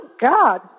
God